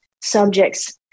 subjects